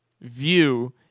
view